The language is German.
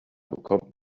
bekommt